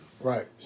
Right